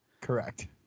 Correct